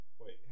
Wait